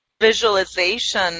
Visualization